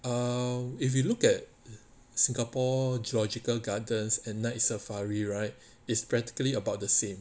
err if you look at singapore zoological gardens and night safari right is practically about the same